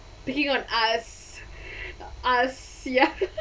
picking on us us sia